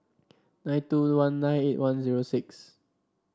nine two one nine eight one zero six